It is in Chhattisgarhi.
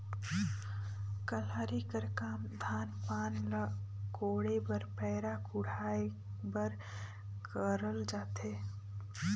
कलारी कर काम धान पान ल कोड़े बर पैरा कुढ़ाए बर करल जाथे